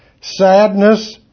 Sadness